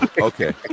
okay